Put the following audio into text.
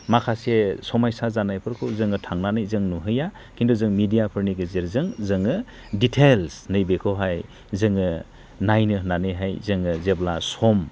माखासे समायसा जानायफोरखौ जों थांनानै जों नुहैया खिन्थु जों मेडियाफोरनि गेजेरजों जों डिटेल्स नै बेखौहाय जोङो नायनो होननानैहाय जोङो जेब्ला सम